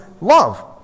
love